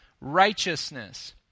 righteousness